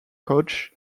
coach